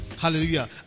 Hallelujah